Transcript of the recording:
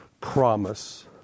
promise